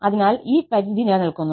അതിനാൽ ഈ പരിധി നിലനിൽക്കുന്നു